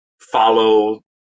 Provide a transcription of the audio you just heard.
follow